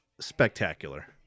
spectacular